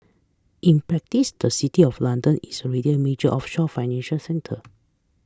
in practice the city of London is already a major offshore financial centre